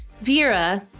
Vera